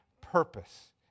purpose